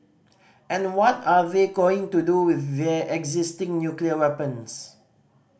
and what are they going to do with their existing nuclear weapons